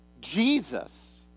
Jesus